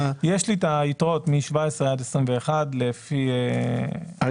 יש לי את היתרות מ-2017 עד 2021 לפי ערים.